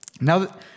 Now